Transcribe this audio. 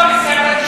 מילה במילה.